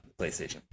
PlayStation